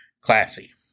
Classy